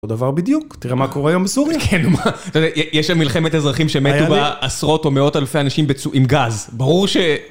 אותו דבר בדיוק, תראה מה קורה היום בסוריה. כן, יש שם מלחמת אזרחים שמתו בעשרות או מאות אלפי אנשים עם גז, ברור ש...